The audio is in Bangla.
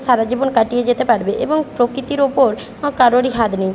সারা জীবন কাটিয়ে যেতে পারবে এবং প্রকৃতির ওপর কারোরই হাত নেই